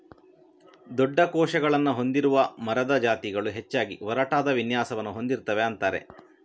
ದೊಡ್ಡ ಕೋಶಗಳನ್ನ ಹೊಂದಿರುವ ಮರದ ಜಾತಿಗಳು ಹೆಚ್ಚಾಗಿ ಒರಟಾದ ವಿನ್ಯಾಸವನ್ನ ಹೊಂದಿರ್ತವೆ ಅಂತಾರೆ